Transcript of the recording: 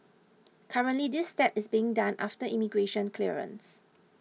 currently this step is being done after immigration clearance